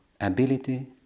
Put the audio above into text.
ability